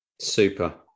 Super